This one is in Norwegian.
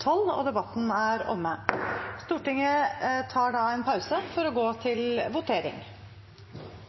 Stortinget tar da en pause i debatten for å gå til votering.